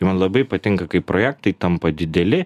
man labai patinka kai projektai tampa dideli